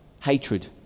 Hatred